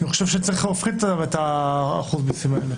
אני חושב שצריך להפחית את אחוז המסים האלה.